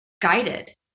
guided